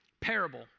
parable